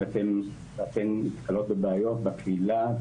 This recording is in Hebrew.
אם אתם ואתן נתקלות בבעיות בקהילה,